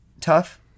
tough